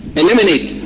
eliminate